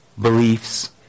beliefs